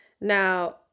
now